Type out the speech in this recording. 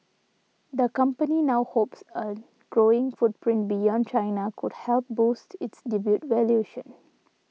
the company now hopes a growing footprint beyond China could help boost its debut valuation